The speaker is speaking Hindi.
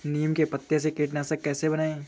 नीम के पत्तों से कीटनाशक कैसे बनाएँ?